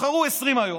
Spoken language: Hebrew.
תבחרו 20 היום,